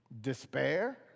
despair